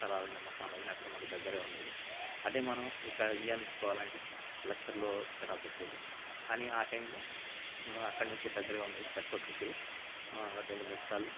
స్థలాలైన Mecca Medina అక్కడ మాకు దగ్గరగా ఉండేది అదే మనం ఇక్కడ ఇండియా నుంచి పోవాలంటే లక్షల్లో కట్టాల్సి వచ్చేది కానీ ఆ టైంలో అక్కడి నుంచి దగ్గరగా ఉండపుడు తక్కువ ఖర్చులో రెండు మూడు సార్లు